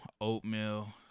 oatmeal